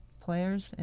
players